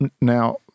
Now